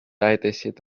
aitasid